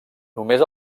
només